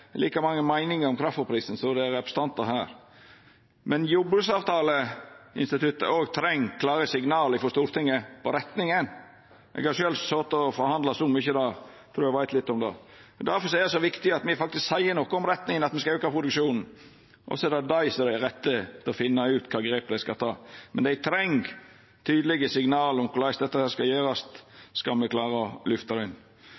like mange meiningar om kraftfôrprisen som det er representantar her. Men jordbruksavtaleinstituttet treng klare signal frå Stortinget om retninga. Eg har sjølv sete og forhandla mykje der, så eg veit litt om det. Det er viktig at me faktisk seier noko om retninga – at me skal auka produksjonen. Så er det dei som er dei rette til å finna ut kva grep dei skal ta. Men dei treng tydelege signal om korleis dette skal gjerast, skal me klara å løfta det inn.